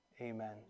amen